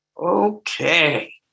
Okay